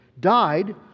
died